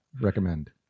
recommend